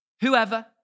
whoever